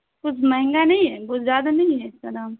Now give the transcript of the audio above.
کچھ مہنگا نہیں ہے کچھ زیادہ نہیں ہے اس کا دام